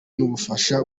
n’ubufasha